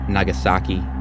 Nagasaki